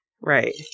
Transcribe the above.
right